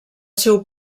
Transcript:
seu